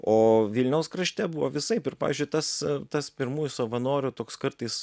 o vilniaus krašte buvo visaip ir pavyzdžiui tas tas pirmųjų savanorių toks kartais